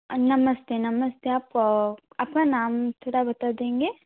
नमस्ते नमस्ते आप अपना नाम थोड़ा बता देंगे